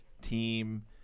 team